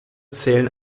zählen